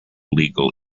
legal